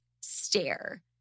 stare